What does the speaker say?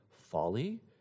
folly